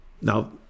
Now